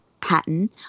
pattern